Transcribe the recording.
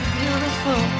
beautiful